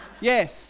Yes